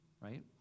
right